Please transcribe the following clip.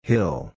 Hill